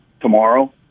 tomorrow